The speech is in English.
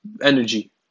energy